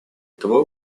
этого